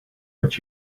what